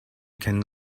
can